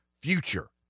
future